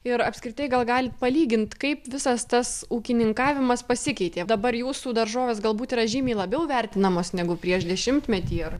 ir apskritai gal galit palygint kaip visas tas ūkininkavimas pasikeitė dabar jūsų daržovės galbūt yra žymiai labiau vertinamos negu prieš dešimtmetį ar